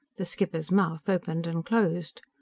the skipper's mouth opened and closed.